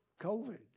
COVID